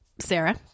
Sarah